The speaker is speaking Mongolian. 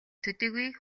төдийгүй